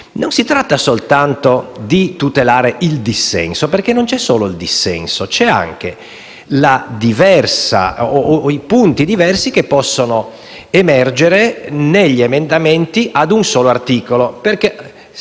non si tratta soltanto di tutelare il dissenso, perché non c'è soltanto quello, ma ci sono anche i punti diversi che possono emergere negli emendamenti ad un solo articolo.